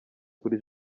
kuri